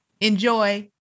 Enjoy